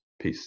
Peace